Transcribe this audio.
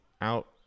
out